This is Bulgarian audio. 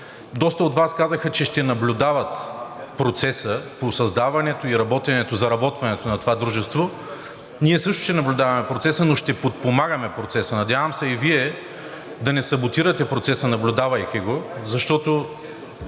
Доста от Вас казаха, че ще наблюдават процеса по създаването и заработването на това дружество. Ние също ще наблюдаваме процеса, но ще го подпомагаме. Надявам се и Вие да не саботирате процеса, наблюдавайки го, защото